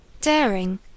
Daring